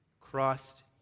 christ